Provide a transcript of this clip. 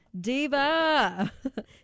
diva